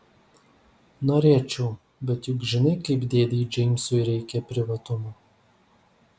norėčiau bet juk žinai kaip dėdei džeimsui reikia privatumo